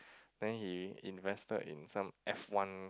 then he invested in some F-one